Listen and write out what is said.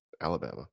Alabama